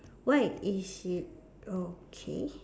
why is it okay